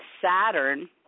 Saturn